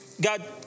God